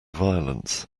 violence